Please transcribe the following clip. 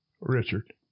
Richard